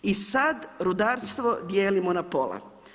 I sada rudarstvo dijelimo na pola.